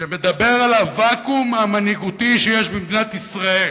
שמדבר על הוואקום המנהיגותי שיש במדינת ישראל,